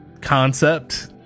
concept